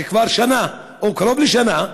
כבר שנה או קרוב לשנה.